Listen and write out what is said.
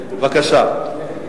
בבקשה.